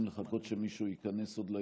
אנחנו צריכים לחכות שעוד מישהו ייכנס ליציע?